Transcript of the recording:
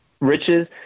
riches